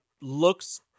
looks